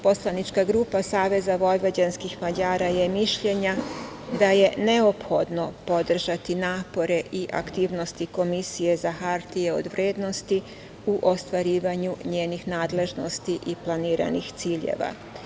Poslanička grupa Saveza vojvođanskih Mađara je mišljenja da je neophodno podržati napore i aktivnosti Komisije za hartije od vrednosti u ostvarivanju njenih nadležnosti i planiranih ciljeva.